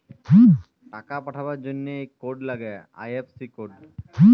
টাকা পাঠাবার জনহে ইক কোড লাগ্যে আই.এফ.সি কোড